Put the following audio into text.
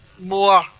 more